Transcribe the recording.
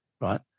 right